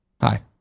hi